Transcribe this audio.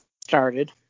started